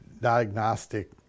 diagnostic